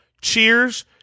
Cheers